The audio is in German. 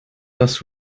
dass